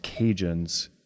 Cajuns